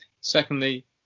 Secondly